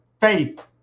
faith